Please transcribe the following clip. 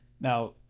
Now